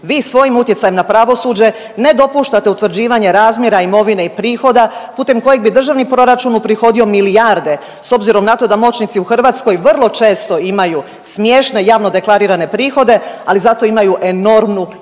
Vi svojim utjecajem na pravosuđe ne dopuštate utvrđivanje razmjera imovine i prihoda putem kojeg bi državni proračun uprihodio milijarde s obzirom na to da moćnici u Hrvatskoj vrlo često imaju smiješno javno deklarirane prihode, ali zato imaju enormnu imovinu.